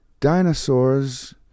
Dinosaurs